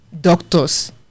doctors